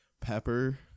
pepper